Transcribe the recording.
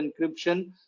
encryption